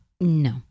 No